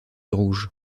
rouge